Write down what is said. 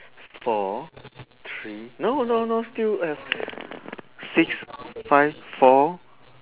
four three no no no still have six five four